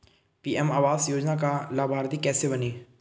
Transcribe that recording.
PM आवास योजना का लाभर्ती कैसे बनें?